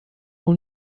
اون